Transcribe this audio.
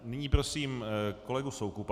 Nyní prosím kolegu Soukupa.